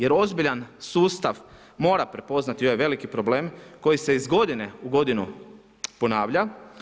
Jer ozbiljan sustav mora prepoznati ovaj veliki problem koji se iz godinu u godinu ponavlja.